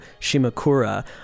Shimakura